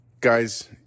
Guys